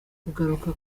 kugaruka